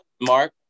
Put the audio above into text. Mark